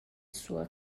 sua